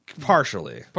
Partially